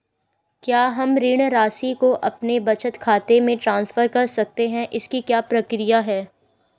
क्या हम ऋण राशि को अपने बचत खाते में ट्रांसफर कर सकते हैं इसकी क्या प्रक्रिया है?